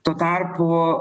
tuo tarpu